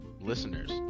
listeners